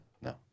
no